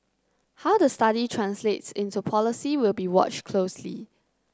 how the study translates into policy will be watch closely